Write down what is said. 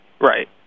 Right